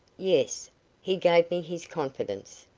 yes he gave me his confidence,